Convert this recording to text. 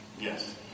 Yes